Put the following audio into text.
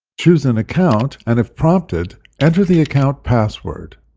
choose an account and if prompted, enter the account password.